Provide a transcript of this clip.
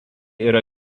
yra